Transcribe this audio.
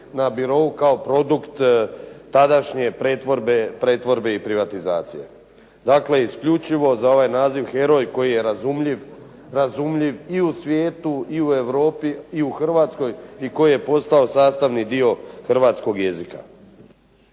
na birou kao produkt tadašnje pretvorbe i privatizacije. Dakle, isključivo za ovaj naziv heroj koji je razumljiv i u svijetu i u Europi i u Hrvatskoj i koji je postao sastavni dio hrvatskog jezika.